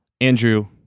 Andrew